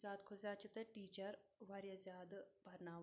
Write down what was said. زیادٕ کھۄتہٕ زیادٕ چھِ تَتہِ ٹیٖچر واریاہ زیادٕ پَرناوان